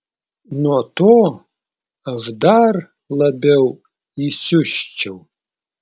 nuo to aš dar labiau įsiusčiau